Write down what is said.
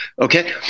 okay